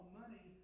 money